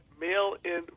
mail-in